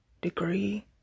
degree